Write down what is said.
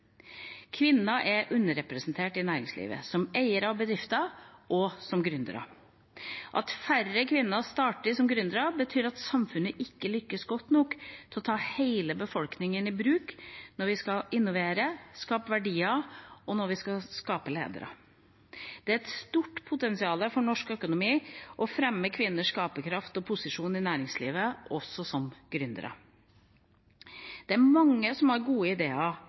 Kvinner er underrepresentert i næringslivet som eiere av bedrifter og som gründere. At færre kvinner starter som gründere, betyr at samfunnet ikke lykkes godt nok med å ta hele befolkningen i bruk når vi skal innovere, skape verdier og skape ledere. Det er et stort potensial for norsk økonomi i å fremme kvinners skaperkraft og posisjon i næringslivet og som gründere. Det er mange som har gode